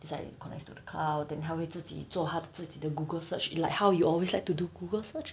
it's like it connects to the car than 他会自己做他自己的 google search like how you always like to do google search